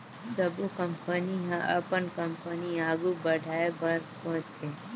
सबो कंपनी ह अपन कंपनी आघु बढ़ाए बर सोचथे